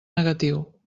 negatiu